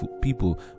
people